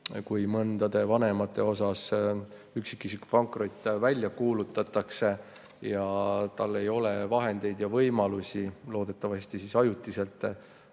kui mõne vanema üksikisiku pankrot välja kuulutatakse ja tal ei ole vahendeid ja võimalusi – loodetavasti ajutiselt